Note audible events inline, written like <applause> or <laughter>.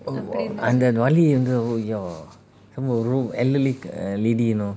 அந்த வலி:antha vali <laughs> err lady you know